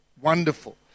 wonderful